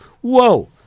Whoa